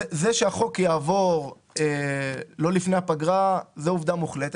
זה שהחוק יעבור לא לפני הפגרה זאת עובדה מוחלטת.